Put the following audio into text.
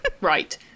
Right